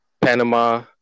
Panama